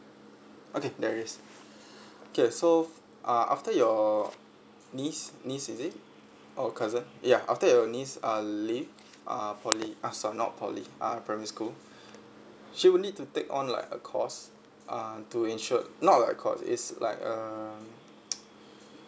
okay there is okay so uh after your niece niece is it or a cousin ya after your niece uh leave uh poly ah so not poly uh primary school she will need to take on like a course uh to ensure not a course is like um